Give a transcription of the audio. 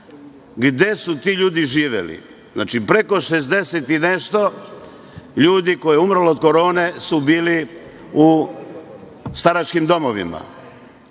gde su ti ljudi živeli. Znači, preko 60 i nešto ljudi koji su umrli od korone su bili u staračkim domovima.